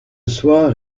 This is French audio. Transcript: soir